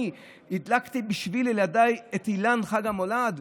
הדלקתי בשביל ילדיי את אילן חג המולד?